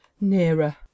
Nearer